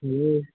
hello